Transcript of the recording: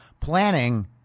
planning